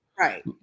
Right